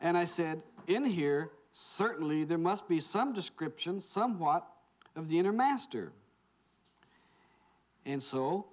and i said in here certainly there must be some description somewhat of the inner master and so